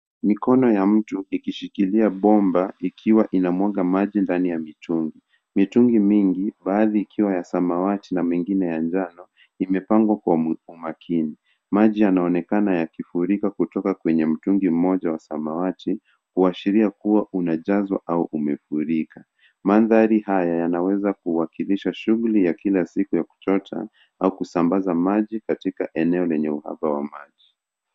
Mikono ya mtu, ikishikilia bomba, ikiwa inamwaga maji ndani ya mitungi. Mitungi mingi, baadhi ikiwa ya samawati na mengine ya njano, imepangwa kwa mu, umakini. Maji yanaonekana yakifurika kutoka kwenye mtungi mmoja wa samawati, kuashiria kuwa unajazwa, au umefurika. Mandhari haya yanaweza kuwakilisha shughuli ya kila siku ya kuchota, au kusambaza maji, katika eneo lenye uhaba wa maji.